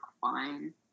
fine